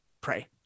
pray